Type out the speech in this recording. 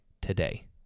today